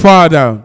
Father